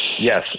Yes